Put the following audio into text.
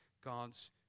God's